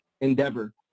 endeavor